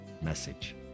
message